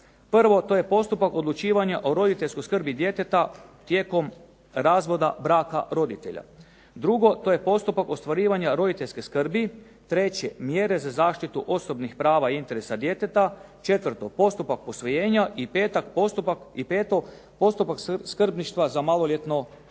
Prvo to je postupak odlučivanja o roditeljskoj skrbi djeteta tijekom razvoda braka roditelja. Drugo, to je postupak ostvarivanja roditeljske skrbi. Treće, mjere za zaštitu osobnih prava i interesa djeteta. Četvrto, postupak posvojenja. I peto, postupak skrbništva za maloljetne osobe.